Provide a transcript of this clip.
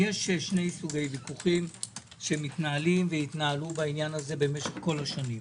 יש שני סוגי ויכוחים שמתנהלים ויתנהלו בעניין הזה משך כל השנים.